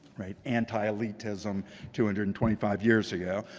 right? anti-elitism two hundred and twenty five years ago.